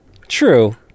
True